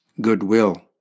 Goodwill